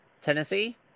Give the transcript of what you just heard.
Tennessee